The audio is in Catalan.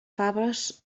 faves